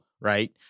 right